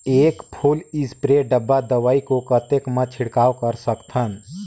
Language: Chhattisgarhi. एक फुल स्प्रे डब्बा दवाई को कतेक म छिड़काव कर सकथन?